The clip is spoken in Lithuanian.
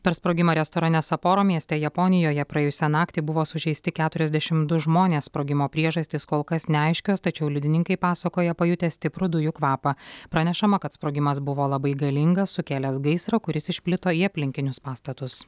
per sprogimą restorane saporo mieste japonijoje praėjusią naktį buvo sužeisti keturiasdešim du žmonės sprogimo priežastys kol kas neaiškios tačiau liudininkai pasakoja pajutę stiprų dujų kvapą pranešama kad sprogimas buvo labai galingas sukėlęs gaisrą kuris išplito į aplinkinius pastatus